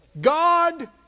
God